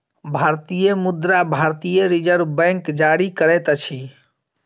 भारतीय मुद्रा भारतीय रिज़र्व बैंक जारी करैत अछि